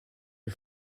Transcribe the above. est